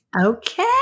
Okay